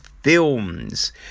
films